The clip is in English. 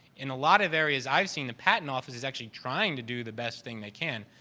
in a lot of areas, i've seen the patent office as actually trying to do the best thing they can.